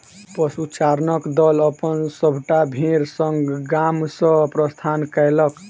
पशुचारणक दल अपन सभटा भेड़ संग गाम सॅ प्रस्थान कएलक